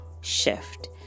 shift